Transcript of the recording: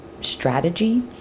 strategy